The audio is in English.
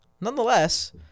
nonetheless